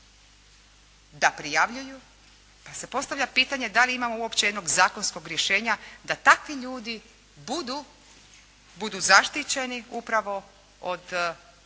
da prijavljuju pa se postavlja pitanje da li ima uopće jednog zakonskog rješenja da takvi ljudi budu zaštićeni upravo od